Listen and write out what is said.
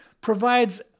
provides